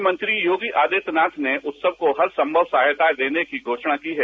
मुख्यमंत्री योगी आदित्यनाथ ने उत्सव को हरसंभव सहायता देने की घोषणा की है